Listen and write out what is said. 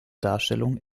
darstellung